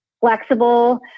flexible